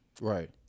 Right